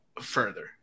further